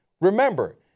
remember